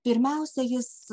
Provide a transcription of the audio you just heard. pirmiausia jis